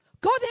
God